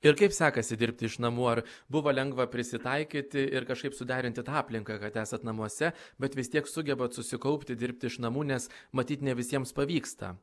ir kaip sekasi dirbti iš namų ar buvo lengva prisitaikyti ir kažkaip suderinti tą aplinką kad esat namuose bet vis tiek sugebat susikaupti dirbti iš namų nes matyt ne visiems pavyksta